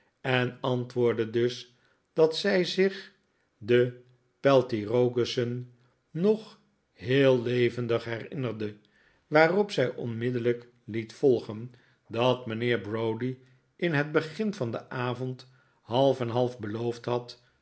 en antwoordde dus dat zij zich de peltirogus'sen nog heel levendig herinnerde waarop zij onmiddellijk liet volgen dat mijnheer browdie in het begin van den avond half en half beloofd had